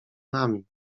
nami